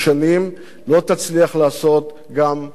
לא תצליח לעשות גם בקדנציה נוספת.